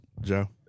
Joe